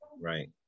Right